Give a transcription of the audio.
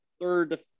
third